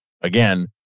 again